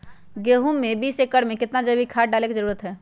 गेंहू में बीस एकर में कितना जैविक खाद डाले के जरूरत है?